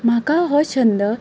म्हाका हो छंद